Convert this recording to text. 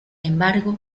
embargo